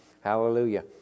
Hallelujah